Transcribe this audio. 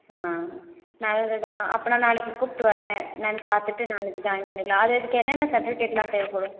நல்லது தான் அப்படினா நாளைக்கு கூப்பிட்டு வர்றேன் என்னென்னு பார்த்துட்டு நாளைக்கு ஜாயின் பண்ணிக்கலாம் அது அதுக்கு என்னென்ன சர்ட்டிபிகேட்லாம் தேவைப்படும்